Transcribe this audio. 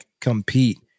compete